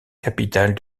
capitale